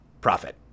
profit